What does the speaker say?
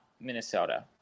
Minnesota